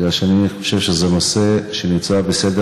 בגלל שאני חושב שזה נושא שנמצא בסדר